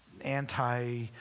anti